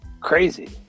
Crazy